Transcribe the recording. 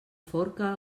forca